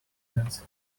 that